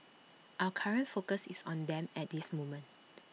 our current focus is on them at this moment